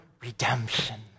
redemption